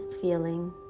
feeling